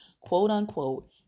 quote-unquote